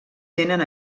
tenen